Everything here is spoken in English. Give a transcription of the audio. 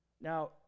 Now